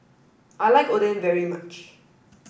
I like Oden very much